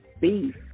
beef